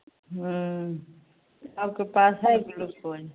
आपके पास है ग्लूकोज